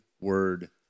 word